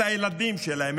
את הילדים שלהם,